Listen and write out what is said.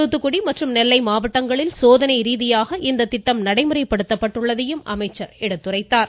தூத்துக்குடி மற்றும் நெல்லை மாவட்டங்களில் சோதனை ரீதியாக இந்த திட்டம் நடைமுறைப்படுத்தப்பட்டுள்ளதாகவும் அவர் எடுத்துரைத்தார்